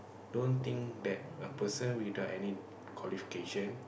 don't think that a person without any qualification